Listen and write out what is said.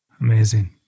Amazing